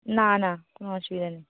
না না কোনো অসুবিধা নেই